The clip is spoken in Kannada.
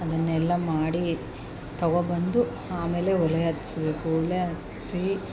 ಅದನ್ನೆಲ್ಲ ಮಾಡಿ ತೊಗೊಂಡ್ಬಂದು ಆಮೇಲೆ ಒಲೆ ಹೊತ್ತಿಸ್ಬೇಕು ಒಲೆ ಹೊತ್ಸಿ